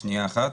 שנייה אחת.